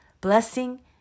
Blessing